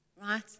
Right